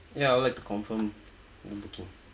ya I'll like to confirm the booking